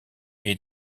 est